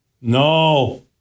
No